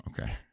okay